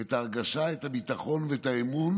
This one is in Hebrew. את ההרגשה, את הביטחון ואת האמון